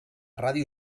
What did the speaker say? ràdio